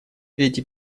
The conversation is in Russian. эти